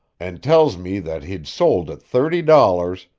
and tells me that he'd sold at thirty dollars,